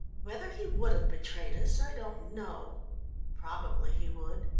whether he would have betrayed us i don't know probably he would.